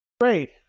Great